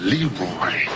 Leroy